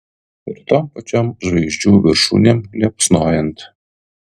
ir tom pačiom žvaigždžių viršūnėm liepsnojant